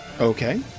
okay